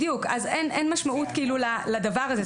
בדיוק, אז אין משמעות לדבר הזה.